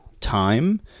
time